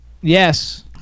Yes